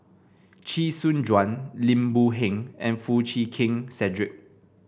Chee Soon Juan Lim Boon Heng and Foo Chee Keng Cedric